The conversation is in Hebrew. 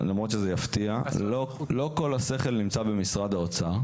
למרות שזה יפתיע, לא כל השכל נמצא במשרד האוצר.